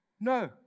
No